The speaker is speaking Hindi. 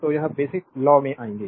तो अब बेसिक लॉ में आएंगे